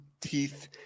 teeth